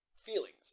Feelings